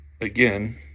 Again